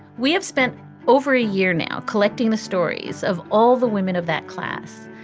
we have spent over a year now collecting the stories of all the women of that class,